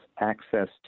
access